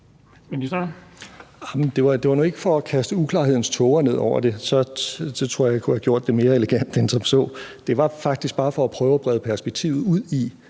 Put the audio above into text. Det var nu ikke for at kaste uklarhedens tåger ned over det. Så tror jeg, jeg kunne have gjort det mere elegant end som så. Det var faktisk bare for at prøve at brede perspektivet ud i,